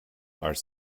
are